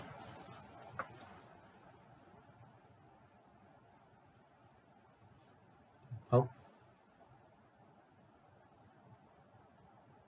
how